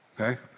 okay